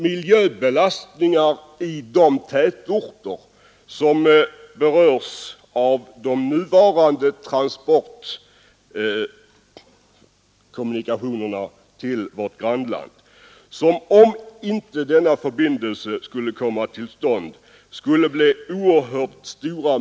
För de tätorter som berörs av de nuvarande kommunikationerna till vårt grannland skapas miljöbelastningar, som om inte den aktuella förbindelsen kommer till stånd skulle bli oerhört stora.